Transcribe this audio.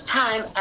time